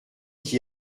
qui